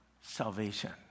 salvation